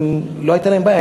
אז לא הייתה להם בעיה.